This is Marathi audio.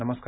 नमस्कार